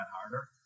harder